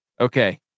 Okay